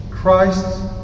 Christ